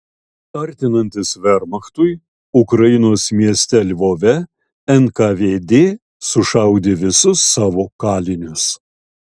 artinantis vermachtui ukrainos mieste lvove nkvd sušaudė visus savo kalinius